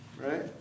right